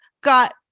got